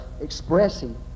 expressing